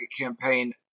campaign